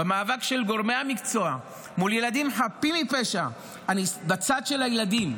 במאבק של גורמי המקצוע מול ילדים חפים מפשע אני בצד של הילדים,